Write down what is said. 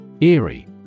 Eerie